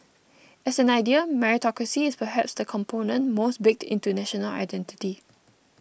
as an idea meritocracy is perhaps the component most baked into national identity